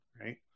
right